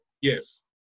Yes